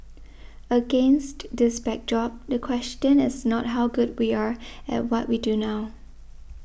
against this backdrop the question is not how good we are at what we do now